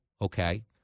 Okay